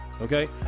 okay